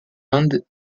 inde